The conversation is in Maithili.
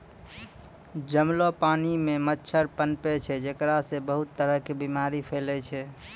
जमलो पानी मॅ मच्छर पनपै छै जेकरा सॅ बहुत तरह के बीमारी फैलै छै